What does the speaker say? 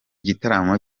gitaramo